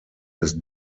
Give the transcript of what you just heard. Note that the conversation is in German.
des